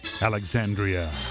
Alexandria